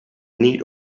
need